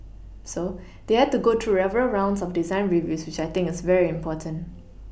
so they had to go through several rounds of design reviews which I think is very important